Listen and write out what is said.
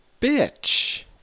bitch